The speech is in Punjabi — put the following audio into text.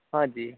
ਹਾਂਜੀ